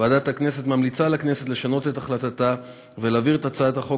ועדת הכנסת ממליצה לכנסת לשנות את החלטתה ולהעביר את הצעת החוק